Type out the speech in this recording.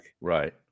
Right